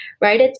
right